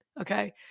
Okay